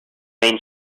main